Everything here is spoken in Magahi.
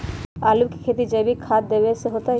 आलु के खेती जैविक खाध देवे से होतई?